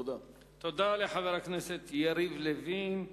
תודה לחבר הכנסת יריב לוין.